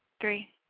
three